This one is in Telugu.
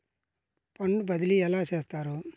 ఫండ్ బదిలీ ఎలా చేస్తారు?